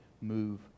move